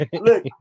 Look